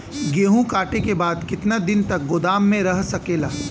गेहूँ कांटे के बाद कितना दिन तक गोदाम में रह सकेला?